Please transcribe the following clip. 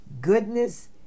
goodness